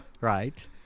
Right